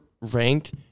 ranked